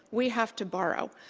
we have to borrow.